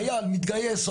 חייל מתגייס,